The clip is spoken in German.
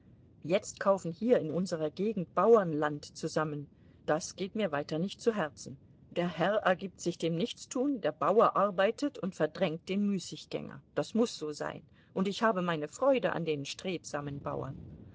jetzt kaufen hier in unserer gegend bauern land zusammen das geht mir weiter nicht zu herzen der herr ergibt sich dem nichtstun der bauer arbeitet und verdrängt den müßiggänger das muß so sein und ich habe meine freude an den strebsamen bauern